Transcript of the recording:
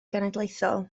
genedlaethol